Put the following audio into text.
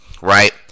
right